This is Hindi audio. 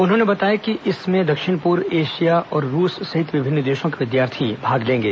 उन्होंने बताया कि इसमें दक्षिण पूर्व एशिया और रूस सहित विभिन्न देशों के विद्यार्थी भाग लेंगे